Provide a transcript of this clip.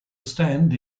stand